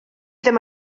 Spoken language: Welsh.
ddim